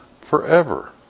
forever